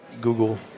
Google